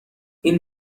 این